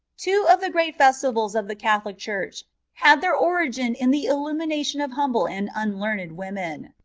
two of the great festivals of the catholic church had their origin in the illumination of humble and unlearned women.